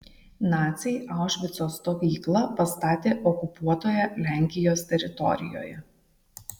naciai aušvico stovyklą pastatė okupuotoje lenkijos teritorijoje